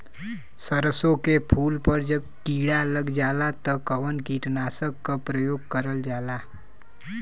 सरसो के फूल पर जब किड़ा लग जाला त कवन कीटनाशक क प्रयोग करल जाला?